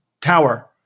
tower